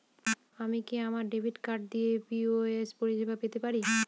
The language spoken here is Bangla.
আমি কি আমার ডেবিট কার্ড দিয়ে পি.ও.এস পরিষেবা পেতে পারি?